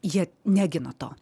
jie negina to